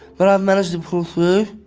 but i've managed to pull through.